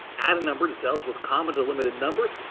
add a number to cells with common delimited numbers.